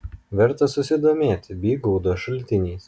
verta susidomėti bygaudo šaltiniais